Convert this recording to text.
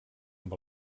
amb